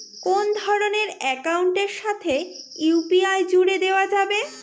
কোন ধরণের অ্যাকাউন্টের সাথে ইউ.পি.আই জুড়ে দেওয়া যাবে?